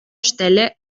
stelle